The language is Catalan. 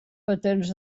patents